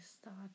start